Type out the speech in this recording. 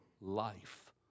life